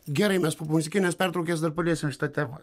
gerai mes po muzikinės pertraukės dar paliesim šitą temą